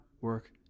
work